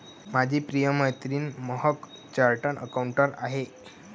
माझी प्रिय मैत्रीण महक चार्टर्ड अकाउंटंट आहे